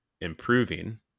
improving